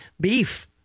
beef